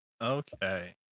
Okay